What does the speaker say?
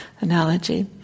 analogy